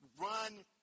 Run